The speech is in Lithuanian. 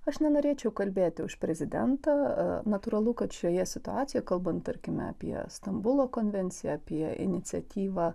aš nenorėčiau kalbėti už prezidentą natūralu kad šioje situacijoje kalbant tarkime apie stambulo konvenciją apie iniciatyvą